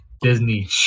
Disney